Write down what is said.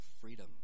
freedom